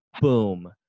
boom